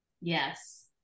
yes